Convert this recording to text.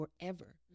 forever